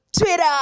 Twitter